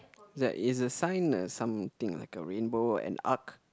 is like is the sign uh something like a rainbow or an arc